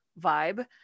vibe